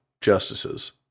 justices